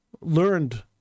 learned